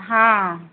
ହଁ